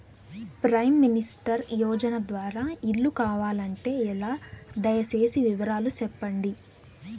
Prime minister యోజన ద్వారా ఇల్లు కావాలంటే ఎలా? దయ సేసి వివరాలు సెప్పండి?